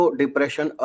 depression